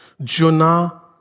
Jonah